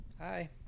hi